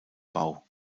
bau